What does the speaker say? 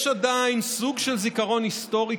יש עדיין סוג של זיכרון היסטורי,